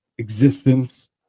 Existence